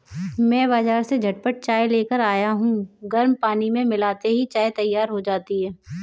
मैं बाजार से झटपट चाय लेकर आया हूं गर्म पानी में मिलाते ही चाय तैयार हो जाती है